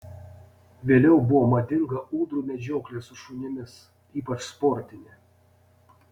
vėliau buvo madinga ūdrų medžioklė su šunimis ypač sportinė